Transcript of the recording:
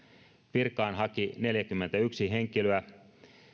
virkaan haki neljäkymmentäyksi henkilöä